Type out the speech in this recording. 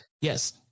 Yes